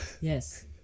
Yes